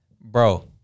Bro